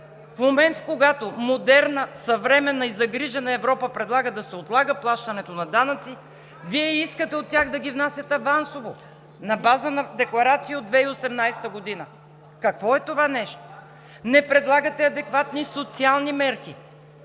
В момент, когато модерна, съвременна и загрижена Европа предлага да се отлага плащането на данъци, Вие искате от тях да ги внасят авансово на база на декларации от 2018 г. Какво е това нещо? Не предлагате адекватни социални мерки,